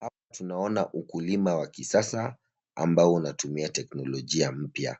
Hapa tunaona ukulima wa kisasa ambao unatumia teknologia mpya.